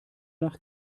nach